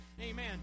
Amen